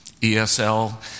ESL